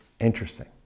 interesting